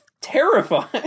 terrifying